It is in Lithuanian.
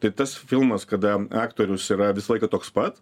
tai tas filmas kada aktorius yra visą laiką toks pat